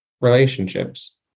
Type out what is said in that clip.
relationships